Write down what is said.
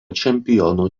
čempionų